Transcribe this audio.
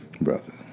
brother